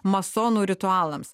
masonų ritualams